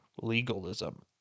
legalism